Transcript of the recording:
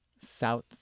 South